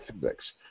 physics